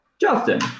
Justin